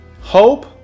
hope